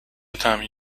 طعمی